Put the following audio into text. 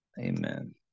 Amen